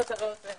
הישיבה ננעלה בשעה